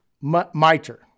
mitre